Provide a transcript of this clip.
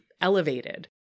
elevated